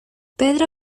pedro